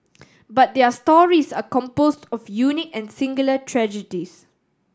but their stories are composed of unique and singular tragedies